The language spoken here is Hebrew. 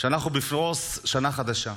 שאנחנו בפרוס שנה חדשה,